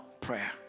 prayer